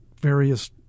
various